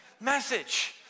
message